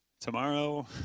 tomorrow